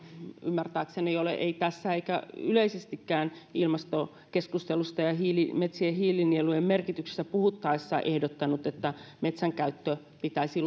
ymmärtääkseni ole ei tässä eikä yleisestikään ilmastokeskustelussa ja metsien hiilinielujen merkityksestä puhuttaessa ehdottanut että metsänkäyttö pitäisi